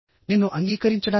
నిన్ను అంగీకరించడానికి